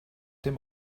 dem